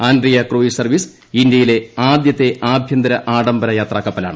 Angriya cruise service ഇന്ത്യയിലെ ആദ്യത്തെ ആഭ്യന്തര ആഡംബര യാത്രാ കപ്പലാണ്